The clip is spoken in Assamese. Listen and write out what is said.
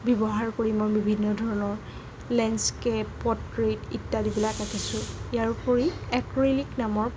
ব্যৱহাৰ কৰি মই বিভিন্ন ধৰণৰ লেণ্ডস্কেপ পৰ্ট্ৰেইট ইত্যাদিবিলাক আকিছোঁ ইয়াৰ ওপৰি এক্ৰেইলিক নামৰ